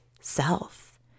self